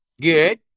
Good